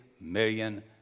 million